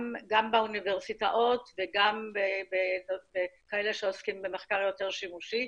גם באוניברסיטאות וגם בכאלה שעוסקים במחקר יותר שימושי.